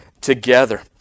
together